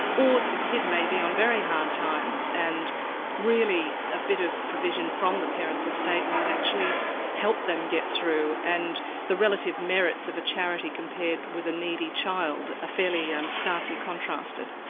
or the kid may be on very hard times and really a bit of provision from the parents' estate might actually help them get through and the relative merits of a charity compared with a needy child, are ah fairly um starkly contrasted.